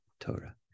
Torah